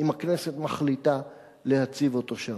אם הכנסת מחליטה להציב אותו שם.